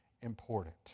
important